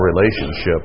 relationship